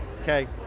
Okay